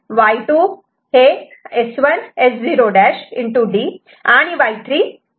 D Y2 S1S0'